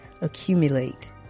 accumulate